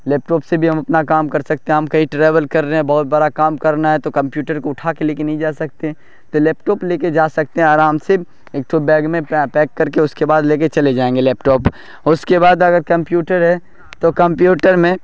لیپ top سے بھی ہم اپنا کام کر سکتے ہیں ہم کہیں ٹریول کر رہے ہیں بہت بڑا کام کرنا ہے تو کمپیوٹر کو اٹھا کے لے کے نہیں جا سکتے تو لیپ ٹاپ لے کے جا سکتے ہیں آرام سے ایک ٹھو بیگ میں پیک کر کے اس کے بعد لے کے چلے جائیں گے لیپ ٹاپ اس کے بعد اگر کمپیوٹر ہے تو کمپیوٹر میں